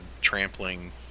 trampling